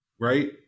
Right